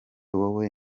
wowe